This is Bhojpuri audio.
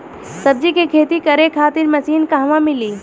सब्जी के खेती करे खातिर मशीन कहवा मिली?